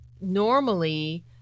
normally